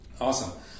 Awesome